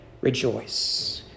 rejoice